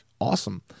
Awesome